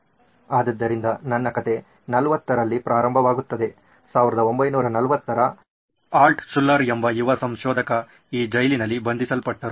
ಆದ್ದರಿಂದ ನನ್ನ ಕಥೆ 40ರಲ್ಲಿ ಪ್ರಾರಂಭವಾಗುತ್ತದೆ 1940 ರ ಆಲ್ಟ್ಶುಲ್ಲರ್ ಎಂಬ ಯುವ ಸಂಶೋಧಕ ಈ ಜೈಲಿನಲ್ಲಿ ಬಂಧಿಸಲ್ಪಟ್ಟರು